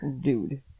Dude